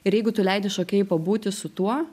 ir jeigu tu leidi šokėjui pabūti su tuo